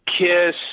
KISS